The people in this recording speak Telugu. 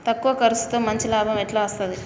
తక్కువ కర్సుతో మంచి లాభం ఎట్ల అస్తది?